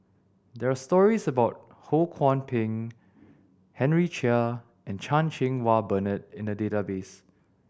there are stories about Ho Kwon Ping Henry Chia and Chan Cheng Wah Bernard in the database